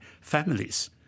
families